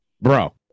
bro